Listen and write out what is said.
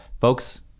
folks